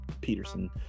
Peterson